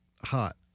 hot